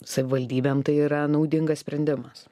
savivaldybėm tai yra naudingas sprendimas